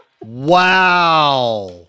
Wow